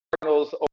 Cardinals